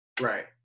Right